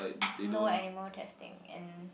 no animal testing and